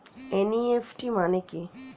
NEFT মানে কি?